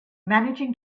managing